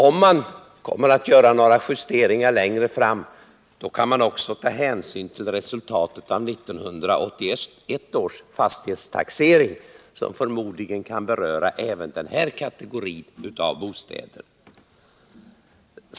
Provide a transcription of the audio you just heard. Om man gör några justeringar längre fram, kan man också ta hänsyn till resultatet av 1981 års fastighetstaxering, som förmodligen kan komma att beröra också den här kategorin av bostäder.